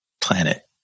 planet